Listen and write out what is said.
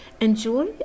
enjoy